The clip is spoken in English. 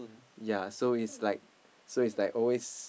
ya so is like so is like always